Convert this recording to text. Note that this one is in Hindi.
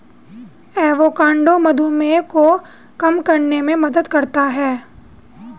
एवोकाडो मधुमेह को कम करने में मदद करता है